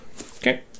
okay